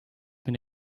been